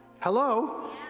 hello